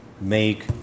make